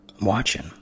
watching